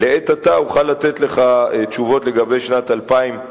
לעת עתה אוכל לתת לך תשובות לגבי שנת 2009,